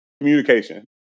communication